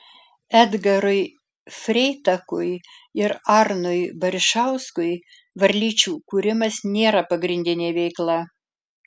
edgarui freitakui ir arnui barišauskui varlyčių kūrimas nėra pagrindinė veikla